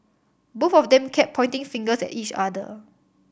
both of them kept pointing fingers at each other